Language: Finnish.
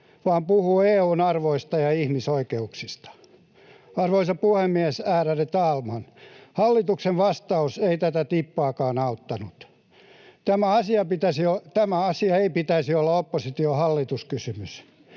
vaan puhuu EU:n arvoista ja ihmisoikeuksista. Arvoisa puhemies! Ärade talman! Hallituksen vastaus ei tätä tippaakaan auttanut. Tämän asian ei pitäisi olla oppositio-hallitus-kysymys.